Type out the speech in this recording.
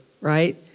right